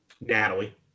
Natalie